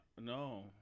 No